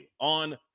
on